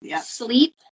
sleep